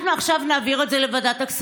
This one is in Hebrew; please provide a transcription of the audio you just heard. אנחנו עכשיו נעביר את זה לוועדת הכספים.